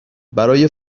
برای